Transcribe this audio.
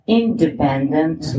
independent